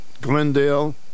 Glendale